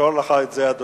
נזכור לך את זה, אדוני.